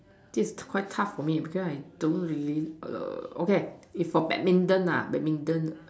this is quite tough for me because I don't really err okay if for badminton nah badminton